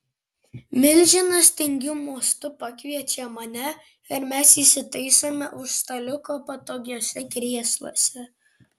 milžinas tingiu mostu pakviečia mane ir mes įsitaisome už staliuko patogiuose krėsluose